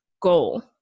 goal